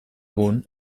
egun